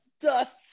dust